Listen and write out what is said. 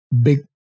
big